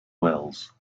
welles